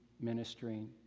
ministering